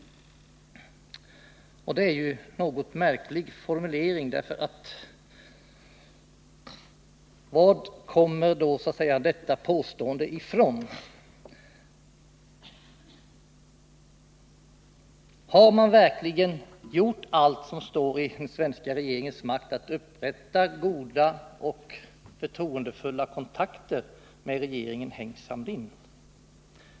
Detta är en något märklig formulering. Varifrån kommer detta påstående? Har man verkligen gjort allt som står i den svenska regeringens makt för att upprätta goda och förtroendefulla kontakter med regeringen Heng Samrin?